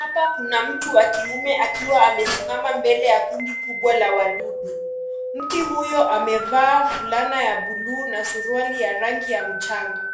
Hapa kuna mtu wa kiume akiwa amesimama mbele ya kundi kubwa la wadudu. Mtu huyo amevaa fulana ya bluu na suruali ya rangi ya mjanga.